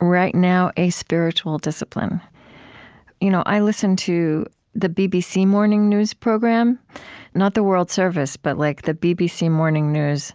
right now, a spiritual discipline you know i listen to the bbc morning news program not the world service, but like the bbc morning news